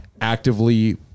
actively